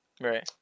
Right